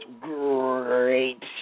great